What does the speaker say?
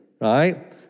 right